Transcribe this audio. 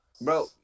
Bro